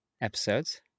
episodes